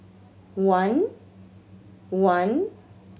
one one